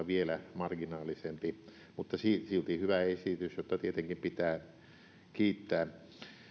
vielä marginaalisempi mutta silti hyvä esitys josta tietenkin pitää kiittää